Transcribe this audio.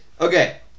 Okay